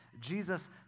Jesus